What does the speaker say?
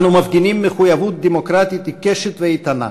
אנו מפגינים מחויבות דמוקרטית עיקשת ואיתנה,